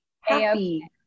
happy